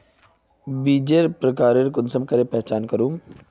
बीजेर प्रकार कुंसम करे पहचान करूम?